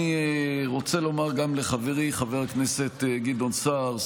אני רוצה לומר גם לחברי חבר הכנסת גדעון סער,